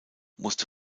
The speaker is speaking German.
musste